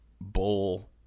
bowl